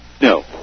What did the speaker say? No